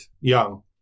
young